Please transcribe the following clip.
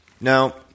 Now